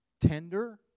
tender